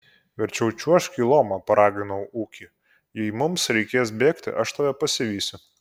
verčiau čiuožk į lomą paraginau ūkį jei mums reikės bėgti aš tave pasivysiu